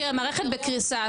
תראי המערכת בקריסה,